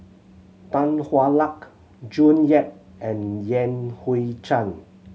Tan Hwa Luck June Yap and Yan Hui Chang